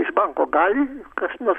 iš banko gali kas nors